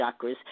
chakras